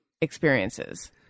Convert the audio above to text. experiences